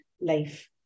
life